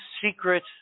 secret